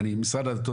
משרד הדתות,